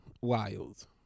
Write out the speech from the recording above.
wild